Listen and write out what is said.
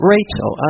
Rachel